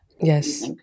Yes